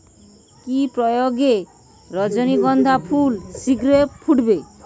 কি প্রয়োগে রজনীগন্ধা ফুল শিঘ্র ফুটবে?